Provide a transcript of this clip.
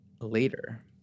later